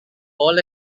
all